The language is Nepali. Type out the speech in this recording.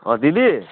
अँ दिदी